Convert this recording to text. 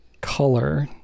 color